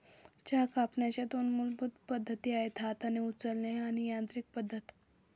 चहा कापणीच्या दोन मूलभूत पद्धती आहेत हाताने उचलणे आणि यांत्रिकी पद्धत